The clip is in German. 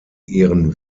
ihren